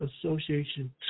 Association